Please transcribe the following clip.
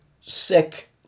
sick